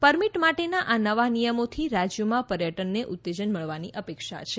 permit માટેના આ નવા નિયમોથી રાજ્યોમાં પર્યટનને ઉત્તેજન મળવાની અપેક્ષા છે